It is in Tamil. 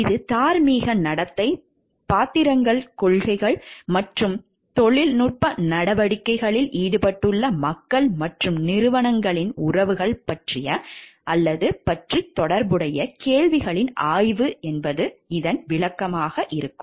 இது தார்மீக நடத்தை பாத்திரங்கள் கொள்கைகள் மற்றும் தொழில்நுட்ப நடவடிக்கைகளில் ஈடுபட்டுள்ள மக்கள் மற்றும் நிறுவனங்களின் உறவுகள் பற்றி தொடர்புடைய கேள்விகளின் ஆய்வு ஆகும்